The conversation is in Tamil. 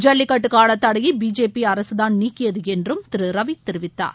ஜல்லிக்கட்டுக்கான தடையை பிஜேபி அரசுதான் நீக்கியது என்றும் திரு ரவி தெரிவித்தார்